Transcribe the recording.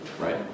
right